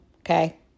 okay